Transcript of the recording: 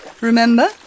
Remember